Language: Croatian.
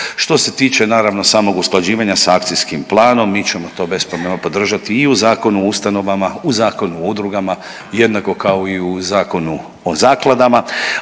Što se tiče naravno samog usklađivanja sa akcijskim planom mi ćemo to bez problema podržati i u Zakonu o ustanovama, u Zakonu o udrugama, jednako kao i u Zakonu o zakladama,